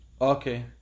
Okay